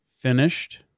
Finished